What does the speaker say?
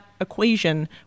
equation